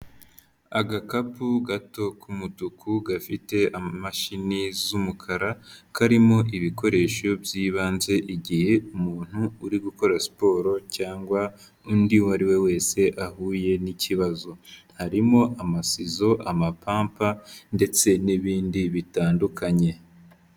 Agakapu gato k'umutuku gafite imashini z'umukara, karimo ibikoresho by'ibanze igihe umuntu uri gukora siporo cyangwa undi uwo ari we wese ahuye n'ikibazo harimo; amasizo, amapamba, ndetse n'ibindi bitandukanye.